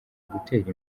gutera